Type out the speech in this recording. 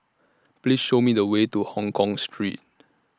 Please Show Me The Way to Hongkong Street